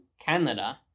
Canada